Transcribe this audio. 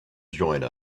join